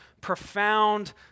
profound